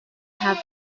have